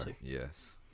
yes